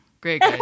Great